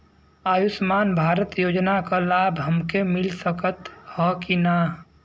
आयुष्मान भारत योजना क लाभ हमके मिल सकत ह कि ना?